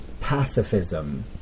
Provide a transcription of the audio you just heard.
pacifism